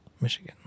Michigan